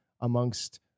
amongst